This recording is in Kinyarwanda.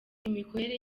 imikorere